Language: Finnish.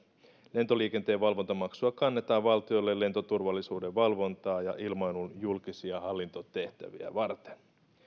lentoliikenteen valvontamaksua kannetaan valtiolle lentoturvallisuuden valvontaa ja ilmailun julkisia hallintotehtäviä varten